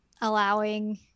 allowing